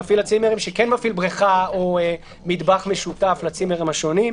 מפעיל הצימרים שכן מפעיל בריכה או מטבח משותף לצימרים השונים.